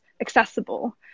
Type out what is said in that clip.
accessible